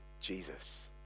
Jesus